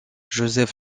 joseph